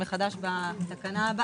(2) בתקנה 3א